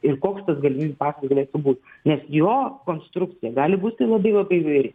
ir koks tas galimybių pasas galėtų būti nes jo konstrukcija gali būti labai labai įvairi